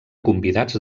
convidats